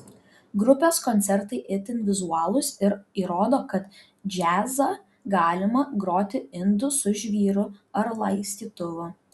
grupės koncertai itin vizualūs ir įrodo kad džiazą galima groti indu su žvyru ar laistytuvu